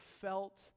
felt